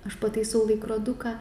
aš pataisau laikroduką